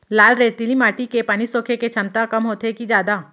लाल रेतीली माटी के पानी सोखे के क्षमता कम होथे की जादा?